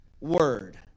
word